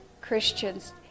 Christians